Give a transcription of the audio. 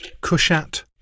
Kushat